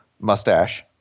mustache